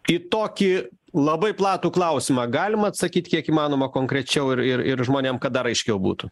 į tokį labai platų klausimą galima atsakyt kiek įmanoma konkrečiau ir ir ir žmonėm kad dar aiškiau būtų